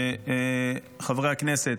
חברי הכנסת: